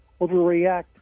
overreact